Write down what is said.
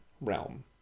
realm